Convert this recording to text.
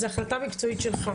זו החלטה מקצועית שלך.